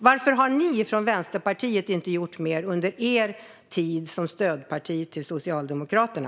Varför har ni från Vänsterpartiet inte gjort mer under er tid som stödparti till Socialdemokraterna?